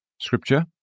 Scripture